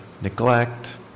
neglect